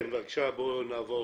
בבקשה, בואו נעבור